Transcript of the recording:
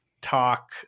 talk